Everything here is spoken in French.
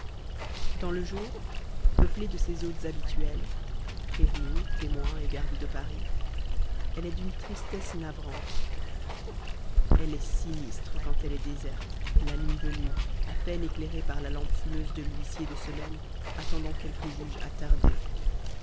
dans le jour peuplée de ses hôtes habituels prévenus témoins et gardes de paris elle est d'une tristesse navrante elle est sinistre quand elle est déserte la nuit venue à peine éclairée par la lampe fumeuse de l'huissier de semaine attendant quelque juge attardé